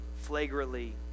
flagrantly